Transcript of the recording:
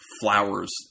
flowers